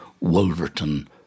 Wolverton